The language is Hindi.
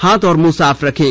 हाथ और मंह साफ रखें